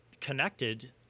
connected –